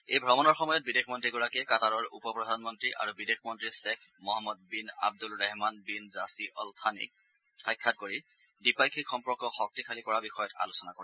এই ভ্ৰমণৰ সময়ত বিদেশমন্ত্ৰীগৰাকীয়ে কাটাৰৰ উপ প্ৰধানমন্ত্ৰী আৰু বিদেশমন্ত্ৰী গ্ৰেখ Mohammed bin Abdulrahman bin Jassim Al থানিক সাক্ষাৎ কৰি দ্বিপাক্ষিক সম্পৰ্ক শক্তিশালী কৰা বিষয়ত আলোচনা কৰিব